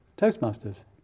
Toastmasters